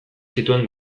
zituen